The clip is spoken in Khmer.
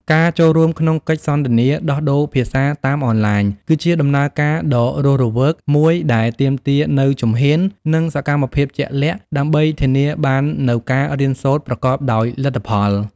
ការចូលរួមក្នុងកិច្ចសន្ទនាដោះដូរភាសាតាមអនឡាញ គឺជាដំណើរការដ៏រស់រវើកមួយដែលទាមទារនូវជំហាន និងសកម្មភាពជាក់លាក់ ដើម្បីធានាបាននូវការរៀនសូត្រប្រកបដោយលទ្ធផល។